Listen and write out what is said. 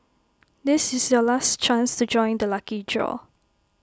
this is your last chance to join the lucky draw